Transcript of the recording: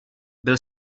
byl